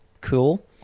cool